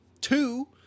Two